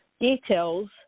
Details